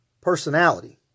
personality